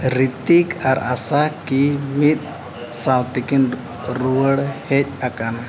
ᱨᱤᱛᱛᱤᱠ ᱟᱨ ᱟᱥᱟ ᱠᱤ ᱢᱤᱫ ᱥᱟᱶᱛᱮᱠᱤᱱ ᱨᱩᱣᱟᱹᱲ ᱦᱮᱡ ᱟᱠᱟᱱᱟ